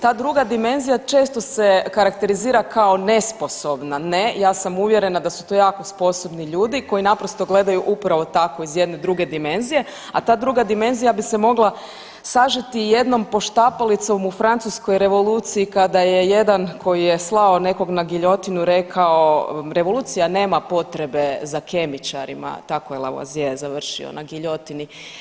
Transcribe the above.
Ta druga dimenzija često se karakterizira kao nesposobna ne ja sam uvjerena da su to jako sposobni ljudi koji naprosto gledaju upravo tako iz jedne druge dimenzije, a ta druga dimenzija bi se mogla sažeti jednom poštapalicom u Francuskoj revoluciji kada je jedan koji je slao nekog na giljotinu rekao revolucija nema potrebe za kemičarima, tako je Lavozije završio na giljotini.